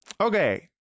Okay